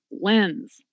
lens